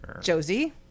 Josie